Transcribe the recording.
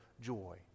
joy